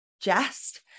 jest